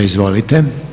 Izvolite.